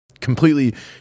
completely